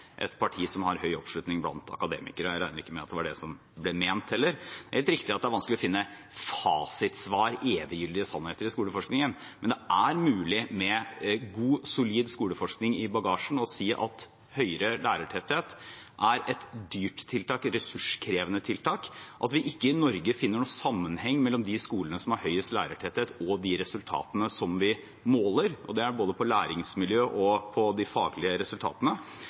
et parti som har høy oppslutning blant akademikere. Jeg regner heller ikke med at det var det som var ment. Det er helt riktig at det er vanskelig å finne fasitsvar og eviggyldige sannheter i skoleforskningen, men det er mulig, med god, solid skoleforskning i bagasjen, å si at høyere lærertetthet er et dyrt og ressurskrevende tiltak, og at vi i Norge ikke finner noen sammenheng mellom de skolene som har høyest lærertetthet, og de resultatene som vi måler. Det er både på læringsmiljø og de faglige resultatene.